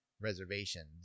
reservations